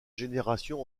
génération